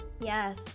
Yes